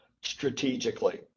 strategically